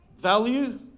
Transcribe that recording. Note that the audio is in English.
value